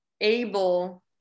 able